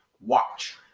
watch